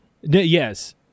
Yes